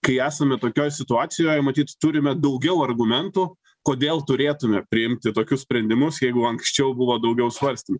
kai esame tokioj situacijoj matyt turime daugiau argumentų kodėl turėtume priimti tokius sprendimus jeigu anksčiau buvo daugiau svarstymų